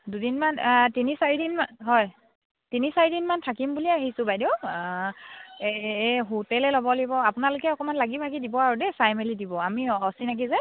দুদিনমান তিনি চাৰিদিনমান হয় তিনি চাৰিদিনমান থাকিম বুলিয়ে আহিছোঁ বাইদেউ এই এই হোটেলে ল'ব লাগিব আপোনালোকে অকণমান লাগি ভাগি দিব আৰু দেই চাই মেলি দিব আমি অচিনাকী যে